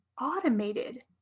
automated